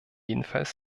jedenfalls